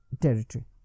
territory